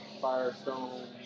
Firestone